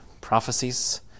prophecies